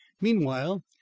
meanwhile